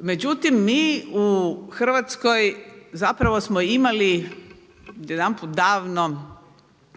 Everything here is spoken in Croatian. Međutim, mi u Hrvatskoj zapravo smo imali jedanput davno